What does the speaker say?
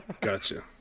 Gotcha